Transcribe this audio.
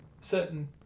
certain